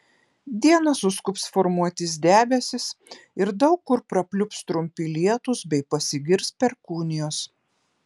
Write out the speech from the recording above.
dieną suskubs formuotis debesys ir daug kur prapliups trumpi lietūs bei pasigirs perkūnijos